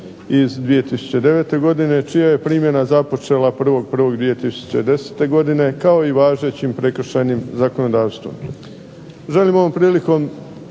iz 2009. godine, čija je primjena započela 1.1.2010. godine, kao i važećim prekršajnim zakonodavstvom. Želim ovom prilikom